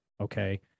Okay